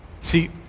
See